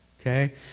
Okay